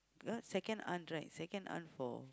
ah second aunt right second aunt for